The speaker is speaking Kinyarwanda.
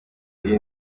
iyi